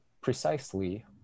precisely